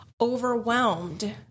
overwhelmed